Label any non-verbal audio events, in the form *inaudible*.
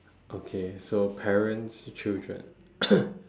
okay so parents children *coughs*